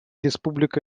республика